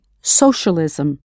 socialism